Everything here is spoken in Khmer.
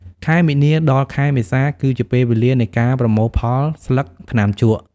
ខែមីនា ដល់ ខែមេសា គឺជាពេលវេលានៃការប្រមូលផលស្លឹកថ្នាំជក់។